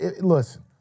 listen